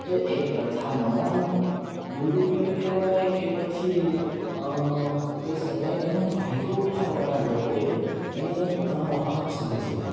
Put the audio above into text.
તો એ પ્રથાનો દૂર ઉપયોગ કહેવાય કે પછી કહી શકાય કે એનો ફાયદો ઉઠાવવાવાળા લોકોએ એને એક પોતાનો હક સમજીને